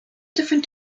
different